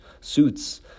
suits